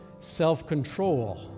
self-control